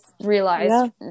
realized